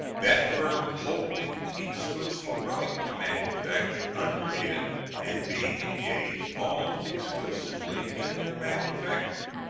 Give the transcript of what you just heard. that firm holding the exclusive right to manufacture under it and being engaged almost exclusively in their manufacture.